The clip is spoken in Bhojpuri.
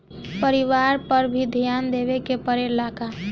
परिवारन पर भी ध्यान देवे के परेला का?